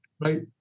right